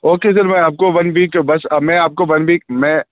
okay sir میں آپ کو ون ویک بس میں آپ کو ون ویک میں